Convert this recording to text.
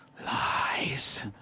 Lies